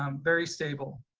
um very stable.